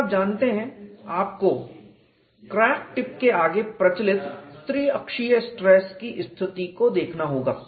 और आप जानते हैं आपको क्रैक टिप के आगे प्रचलित त्रिअक्षीय स्ट्रेस की स्थिति को देखना होगा